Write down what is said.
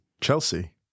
Chelsea